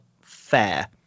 fair